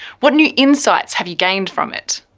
what new insights have you gained from it?